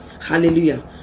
Hallelujah